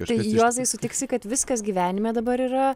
tai juozai sutiksi kad viskas gyvenime dabar yra